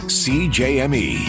cjme